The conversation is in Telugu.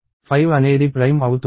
5 అనేది ప్రైమ్ అవుతుందా